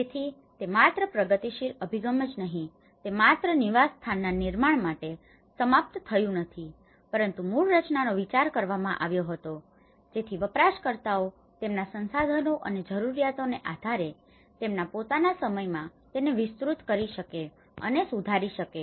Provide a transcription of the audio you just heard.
તેથી તે માત્ર પ્રગતિશીલ અભિગમ જ નહીં તે માત્ર નિવાસસ્થાનના નિર્માણ સાથે સમાપ્ત થયું નથી પરંતુ મૂળ રચનાનો વિચાર કરવામાં આવ્યો હતો જેથી વપરાશકર્તાઓ તેમના સંસાધનો અને જરૂરિયાતોને આધારે તેમના પોતાના સમયમાં તેને વિસ્તૃત કરી શકે અને સુધારી શકે